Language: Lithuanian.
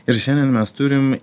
ir šiandien mes turim